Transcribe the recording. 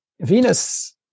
Venus